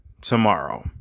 tomorrow